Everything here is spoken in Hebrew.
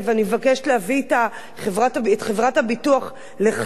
אני מבקשת להביא את חברת הביטוח לכאן,